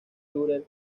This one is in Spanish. luther